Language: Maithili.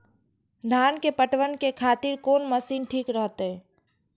धान के पटवन के खातिर कोन मशीन ठीक रहते?